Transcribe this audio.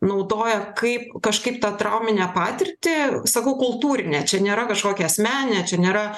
naudoja kaip kažkaip tą trauminę patirtį sakau kultūrinė čia nėra kažkokia asmeninė čia nėra